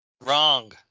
Wrong